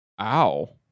Ow